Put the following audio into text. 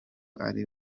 ari